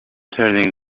turning